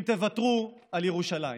אם תוותרו על ירושלים.